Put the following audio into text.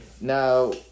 Now